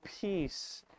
peace